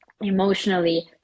emotionally